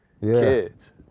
kids